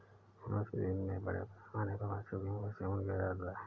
लक्षद्वीप में बड़े पैमाने पर मछलियों का सेवन किया जाता है